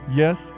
yes